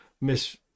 Miss